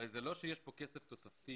הרי זה לא שיש כאן כסף תוספתי